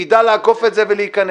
יידע לעקוף את זה ולהיכנס.